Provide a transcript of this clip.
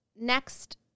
Next